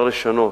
לשנות.